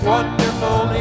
Wonderful